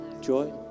Joy